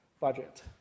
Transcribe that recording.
budget